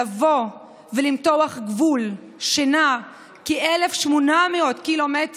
לבוא ולמתוח גבול של כ-1,800 ק"מ,